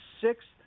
sixth